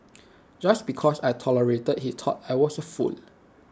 just because I tolerated he thought I was A fool